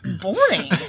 boring